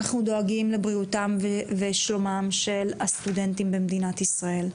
אנחנו דואגים לבריאותם ושלומם של הסטודנטים במדינת ישראל.